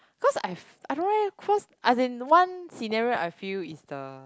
cause I've I don't eh as in one scenario I feel is the